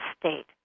state